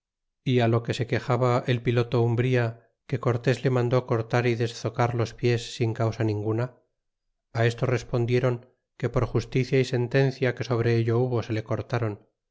á lo que se quexaba el piloto umbria que cortés le mandó cortar y deszocar los pies sin causa ninguna fi esto respondieron que por justicia y sentencia que sobre ello hubo se le cortaron